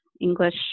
English